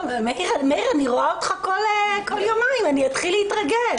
מאיר, אני רואה אותך כל יומיים, אני אתחיל להתרגל.